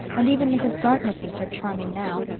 and even mrs. gardner thinks her charming now.